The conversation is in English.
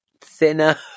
thinner